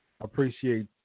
appreciate